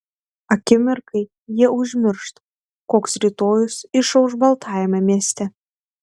akimirkai jie užmiršta koks rytojus išauš baltajame mieste